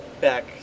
back